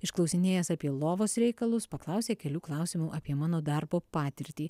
išklausinėjęs apie lovos reikalus paklausė kelių klausimų apie mano darbo patirtį